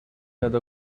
other